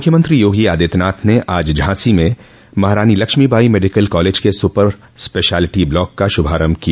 मुख्यमंत्री योगी आदित्यनाथ ने आज झांसी में महारानी लक्ष्मीबाई मेडिकल कॉलेज के सुपर स्पेशलिटी ब्लॉक का शुभारम्भ किया